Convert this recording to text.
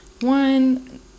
one